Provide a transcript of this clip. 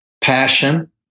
passion